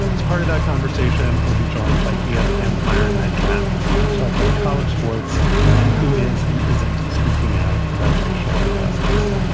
it's part of that conversation. we'll be joined by yeah espn ah myron metcalf to talk about college sports and who is and isn't speaking out about racial injustice.